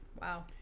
Wow